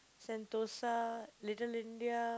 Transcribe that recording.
Sentosa Little-India